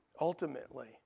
Ultimately